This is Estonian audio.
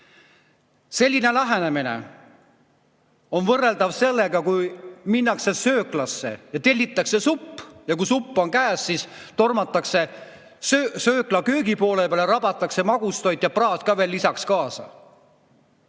Selline lähenemine on võrreldav sellega, kui minnakse sööklasse ja tellitakse supp, ja kui supp on käes, siis tormatakse söökla köögi poole peale ja rabatakse magustoit ja praad veel lisaks kaasa.